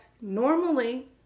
normally